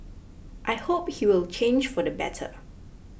I hope he will change for the better